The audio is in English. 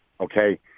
Okay